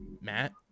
matt